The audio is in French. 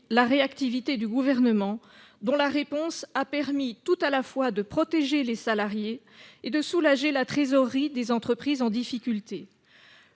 la réactivité du Gouvernement, dont la réponse a permis tout à la fois de protéger les salariés et de soulager la trésorerie des entreprises en difficulté.